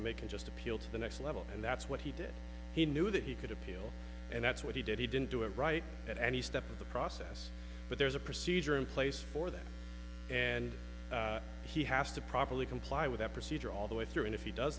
can just appeal to the next level and that's what he did he knew that he could appeal and that's what he did he didn't do it right at any step of the process but there's a procedure in place for that and he has to properly comply with that procedure all the way through and if he does